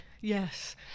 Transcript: Yes